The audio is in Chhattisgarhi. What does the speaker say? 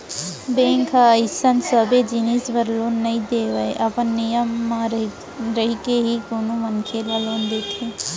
बेंक ह अइसन सबे जिनिस बर लोन नइ देवय अपन नियम म रहिके ही कोनो मनसे ल लोन देथे